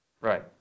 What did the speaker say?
Right